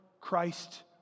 Christ